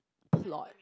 plot